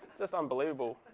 just unbelievable.